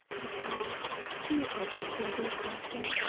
and oh, i do hope he can do something,